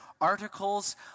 articles